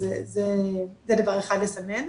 אז זה דבר אחד לסמן.